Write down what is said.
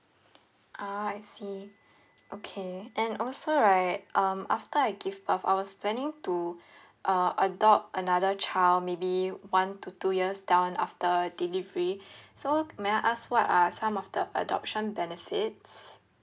ah I see okay and also right um after I give birth I was planning to uh adopt another child maybe one to two years down after delivery so may I ask what are some of the adoption benefits